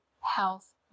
health